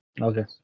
Okay